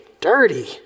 dirty